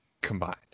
Combined